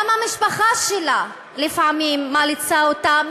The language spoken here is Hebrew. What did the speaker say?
גם המשפחה שלה לפעמים מאלצת אותה,